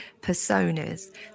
personas